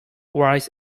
rise